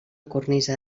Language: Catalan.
cornisa